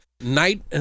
Night